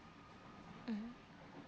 mmhmm